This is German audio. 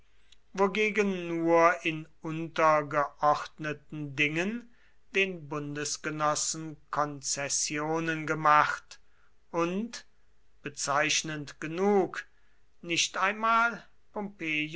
wogegen nur in untergeordneten dingen den bundesgenossen konzessionen gemacht und bezeichnend genug nicht einmal